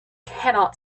cannot